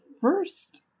first